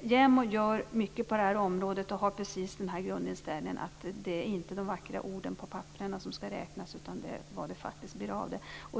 JämO gör mycket på detta område och har grundinställningen att det inte är de vackra orden på papperna som skall räknas utan vad som faktiskt blir av dem.